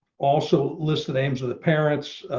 also list the names of the parents.